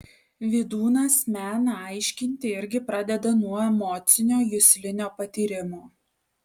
vydūnas meną aiškinti irgi pradeda nuo emocinio juslinio patyrimo